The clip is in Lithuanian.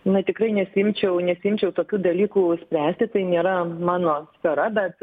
na tikrai nesiimčiau nesiimčiau tokių dalykų spręsti tai nėra mano sfera bet